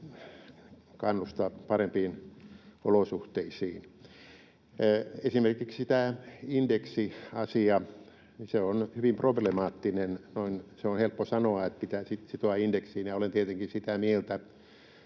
kannustaa parempiin olosuhteisiin. Esimerkiksi tämä indeksiasia on hyvin problemaattinen. On helppo sanoa, että pitäisi sitoa indeksiin, ja olen tietenkin sitä mieltä,